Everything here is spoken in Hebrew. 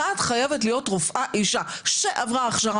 אחת חייבת להיות רופאה אישה שעברה הכשרה